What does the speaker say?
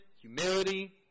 humility